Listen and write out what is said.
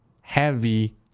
Heavy